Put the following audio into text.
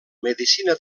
medicina